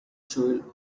joel